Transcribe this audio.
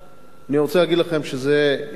אני רוצה להגיד לכם שזו החלטה